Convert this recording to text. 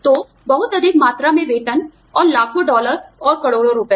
तो बहुत अधिक मात्रा में वेतन और लाखों डॉलर या करोड़ों रुपये